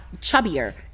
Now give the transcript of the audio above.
chubbier